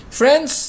friends